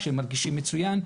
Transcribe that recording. שהם מרגישים מצוין,